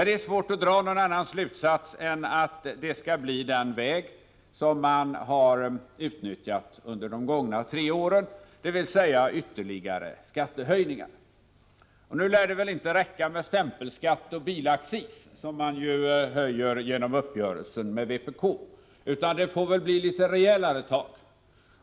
Det är svårt att dra någon annan slutsats än att det skall bli den metod som man har utnyttjat under de gångna tre åren, dvs. genom ytterligare skattehöjningar. Nu lär det väl inte räcka med stämpelskatt och bilaccis som man nu höjer genom uppgörelsen med vpk, utan det får väl bli litet rejälare tag.